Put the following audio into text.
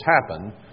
happen